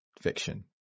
fiction